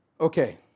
Okay